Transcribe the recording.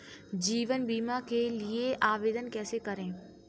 जीवन बीमा के लिए आवेदन कैसे करें?